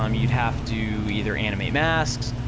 um you'd have to, either animate masks,